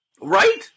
Right